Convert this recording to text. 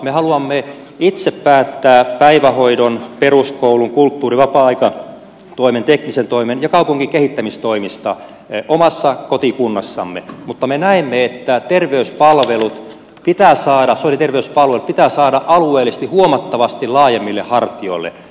me haluamme itse päättää päivähoidon peruskoulun kulttuuri ja vapaa aikatoimen teknisen toimen ja kaupungin kehittämistoimista omassa kotikunnassamme mutta me näemme että sosiaali ja terveyspalvelut pitää saada alueellisesti huomattavasti laajemmille hartioille